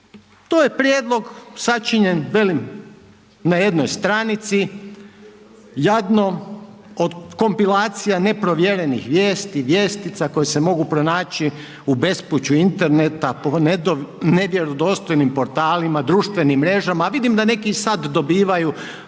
To je prijedlog sačinjen velim na jednoj stranici, jadno od kompilacija, neprovjerenih vijesti, vijestica koje se mogu pronaći u bespuću interneta po nevjerodostojnim portalima, društvenim mrežama, a vidim da neki i sad dobivaju